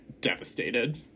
devastated